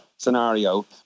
scenario